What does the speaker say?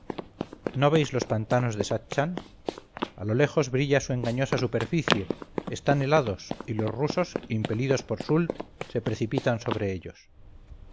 no veis los pantanos de satzchan a lo lejos brilla su engañosa superficie están helados y los rusos impelidos por soult se precipitan sobre ellos